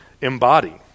embody